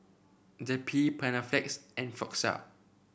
Zappy Panaflex and Floxia